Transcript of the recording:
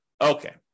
Okay